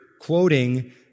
quoting